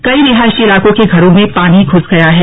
कई रिहायशी इलाकों के घरों में पानी घूस गया है